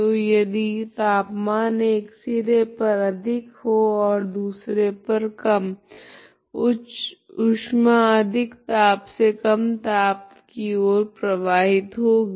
तो यदि तापमान एक सिरे पर अधिक हो ओर दूसरे पर कम ऊष्मा अधिक ताप से कम ताप की ओर प्रवाहित होगी